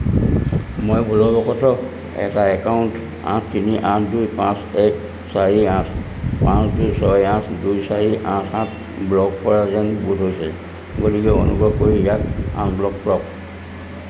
মই ভুলবশতঃ এটা একাউণ্ট আঠ তিনি আঠ দুই পাঁচ এক চাৰি আঠ পাঁচ দুই ছয় আঠ দুই চাৰি আঠ সাত ব্লক কৰা যেন বোধ হৈছে গতিকে অনুগ্ৰহ কৰি ইয়াক আনব্লক কৰক